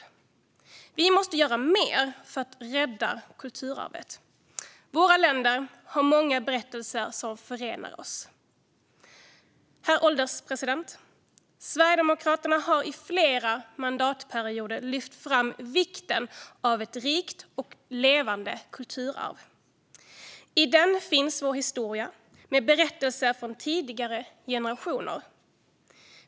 Det måste göras mer för att rädda kulturarvet. Våra länder har många berättelser som förenar oss. Herr ålderspresident! Sverigedemokraterna har i flera mandatperioder lyft fram vikten av ett rikt och levande kulturarv. I det finns vår historia med berättelser från tidigare generationer.